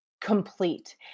complete